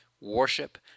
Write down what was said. worship